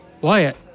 Wyatt